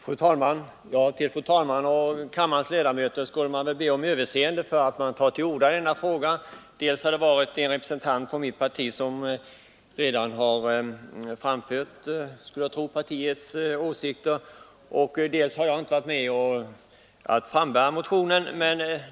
Fru talman! Jag skulle väl be fru talmannen och kammarens ledamöter om överseende för att jag tar till orda i denna fråga. Dels har redan en representant för mitt parti framfört det som jag tror är partiets åsikter, dels har jag inte varit med om att väcka motionerna.